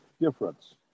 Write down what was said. difference